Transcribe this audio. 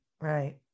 Right